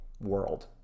world